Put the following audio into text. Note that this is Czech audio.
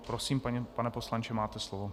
Prosím, pane poslanče, máte slovo.